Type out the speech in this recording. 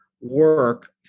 work